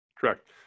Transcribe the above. Correct